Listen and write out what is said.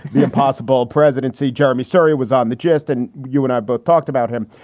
the impossible presidency. jeremy sorry, was on the just and you and i both talked about him.